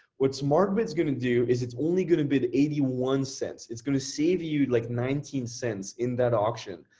what smart bid's gonna do is it's only gonna bid eighty one cents, it's gonna save you like nineteen cents in that auction,